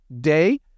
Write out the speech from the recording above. day